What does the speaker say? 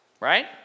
right